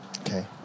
Okay